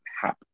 happen